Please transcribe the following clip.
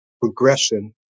progression